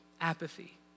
apathy